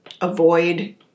avoid